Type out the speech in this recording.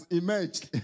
emerged